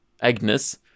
Agnes-